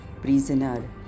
prisoner